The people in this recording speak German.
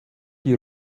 die